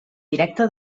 directe